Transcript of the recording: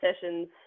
sessions